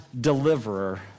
deliverer